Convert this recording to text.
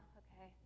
okay